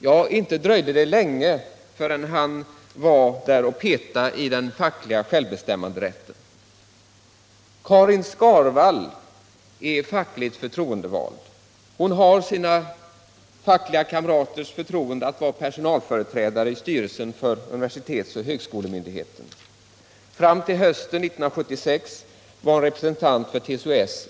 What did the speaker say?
Ja, inte dröjde det länge förrän han var och petade på den fackliga självbestämmanderätten. Karin Skarvall är fackligt förtroendevald. Hon har sina fackliga kamraters förtroende att vara personalföreträdare i styrelsen för universitetsoch högskolemyndigheten. Fram till hösten 1976 var hon där representant för TCO-S.